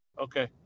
Okay